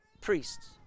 Priests